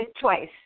twice